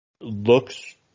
looks –